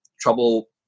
trouble